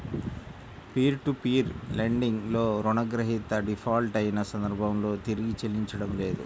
peer to peer lending లో రుణగ్రహీత default అయిన సందర్భంలో తిరిగి చెల్లించడం లేదు